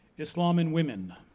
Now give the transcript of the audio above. islam and women,